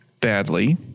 badly